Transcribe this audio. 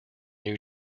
new